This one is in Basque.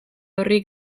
horri